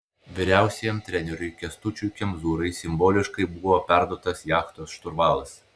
vyriausiajam treneriui kęstučiui kemzūrai simboliškai buvo perduotas jachtos šturvalas